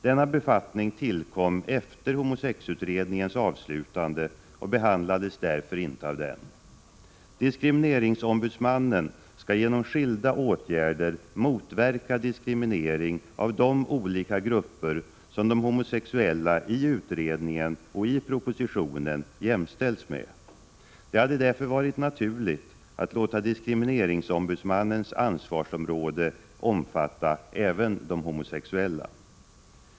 Denna befattning tillkom efter homosexutredningens avslutande och behandlades därför inte av den. Diskrimineringsombudsmannen skall genom skilda åtgärder motverka diskriminering av de olika grupper som de homosexuella i utredningen och i propositionen jämställs med. Det hade därför varit naturligt att låta diskrimineringsombudsmannens ansvarsområde omfatta även de homosexuella.